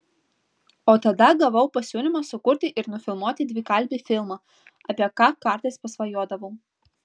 o tada gavau pasiūlymą sukurti ir nufilmuoti dvikalbį filmą apie ką kartais pasvajodavau